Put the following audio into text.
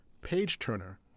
page-turner